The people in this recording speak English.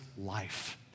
life